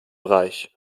reich